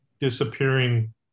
disappearing